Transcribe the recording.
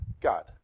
God